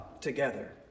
together